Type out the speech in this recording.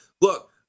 look